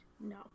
No